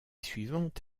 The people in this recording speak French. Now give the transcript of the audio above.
suivante